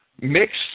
mixed